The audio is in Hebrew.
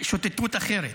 שוטטות אחרת.